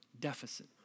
deficit